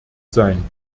sein